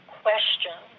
question